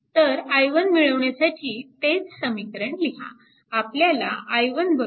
तर i1 मिळवण्यासाठी तेच समीकरण लिहा